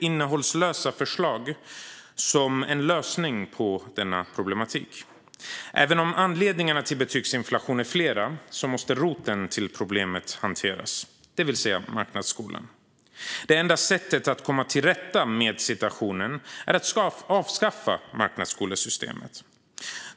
innehållslösa förslag som lösningar på denna problematik. Även om anledningarna till betygsinflation är flera måste roten till problemet, det vill säga marknadsskolan, hanteras. Det enda sättet att komma till rätta med situationen är att avskaffa marknadsskolesystemet.